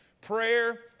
Prayer